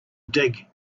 dig